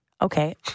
Okay